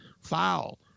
foul